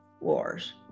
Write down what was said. wars